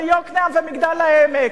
יוקנעם ומגדל-העמק,